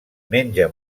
menja